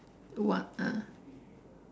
what ah